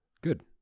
Good